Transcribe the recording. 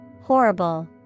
horrible